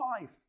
life